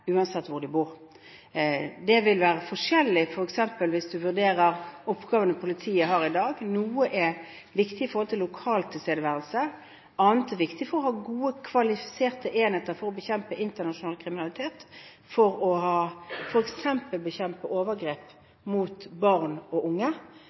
uansett hvor de bor. Det vil være forskjellig, f.eks. hvis en vurderer oppgavene politiet har i dag. Noe er viktig med tanke på lokal tilstedeværelse, annet er viktig for å ha gode, kvalifiserte enheter for å bekjempe internasjonal kriminalitet, for f.eks. å